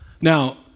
Now